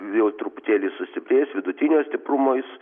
jau truputėlį sustiprės vidutinio stiprumo jis